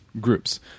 groups